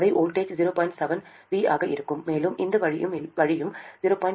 7 V ஆக இருக்கும் மேலும் இந்த வழியும் 0